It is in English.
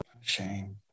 shame